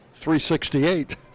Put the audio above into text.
.368